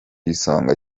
isonga